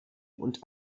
und